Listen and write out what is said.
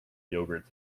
yogurt